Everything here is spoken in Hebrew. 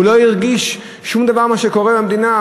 הוא לא הרגיש שום דבר ממה שקורה במדינה.